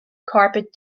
carpet